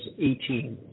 18